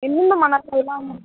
எந்தெந்த மன்னர்கள்லாம்